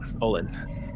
Olin